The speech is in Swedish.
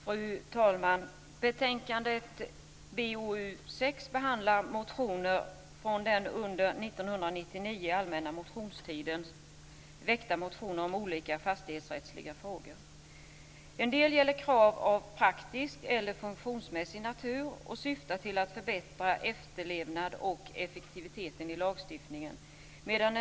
Fru talman! Betänkandet BoU6 behandlar väckta motioner om olika fastighetsrättsliga frågor från den allmänna motionstiden 1999. En del gäller krav av praktisk eller funktionsmässig natur och syftar till att förbättra efterlevnad och effektiviteten i lagstiftningen.